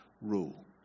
rule